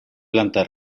planta